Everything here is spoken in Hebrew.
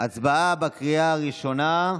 הצבעה בקריאה הראשונה.